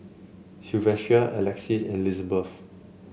Silvester Alexys and Lizbeth